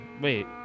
Wait